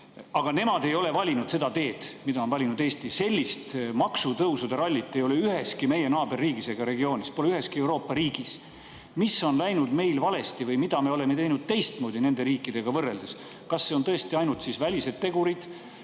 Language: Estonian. Aga nemad ei ole valinud seda teed, mille on valinud Eesti. Sellist maksutõusude rallit ei ole üheski meie naaberriigis ega ‑regioonis, seda pole üheski Euroopa riigis. Mis on läinud meil valesti või mida me oleme teinud teistmoodi nende riikidega võrreldes? Kas [põhjuseks] on tõesti ainult välised tegurid,